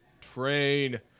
Train